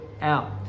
out